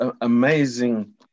amazing